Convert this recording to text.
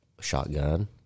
shotgun